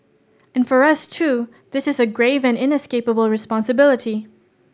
and for us too this is a grave and inescapable responsibility